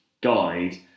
guide